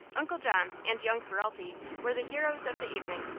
uncle john and young ferralti were the heroes of the evening.